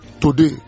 today